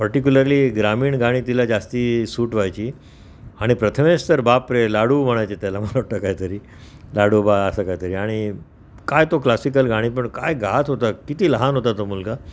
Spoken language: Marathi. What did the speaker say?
पर्टिक्युलरली ग्रामीण गाणी तिला जास्ती सूट व्हायची आणि प्रथमेश तर बापरे लाडू म्हणायचे त्याला मला वाटतं कायतरी लाडोबा असं कायतरी आणि काय तो क्लासिकल गाणी पण काय गात होता किती लहान होता तो मुलगा